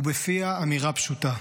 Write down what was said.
ובפיה אמירה פשוטה: